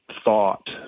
thought